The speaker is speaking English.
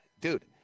dude